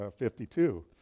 52